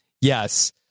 yes